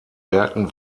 werken